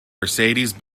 mercedes